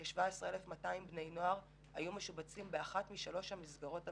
כ-17,200 בני נוער באותה שנה היו משובצים באחת משלוש המסגרות המרכזיות.